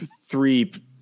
Three